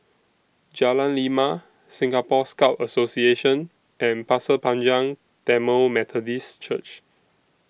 Jalan Lima Singapore Scout Association and Pasir Panjang Tamil Methodist Church